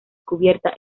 cubierta